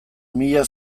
mila